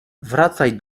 wracaj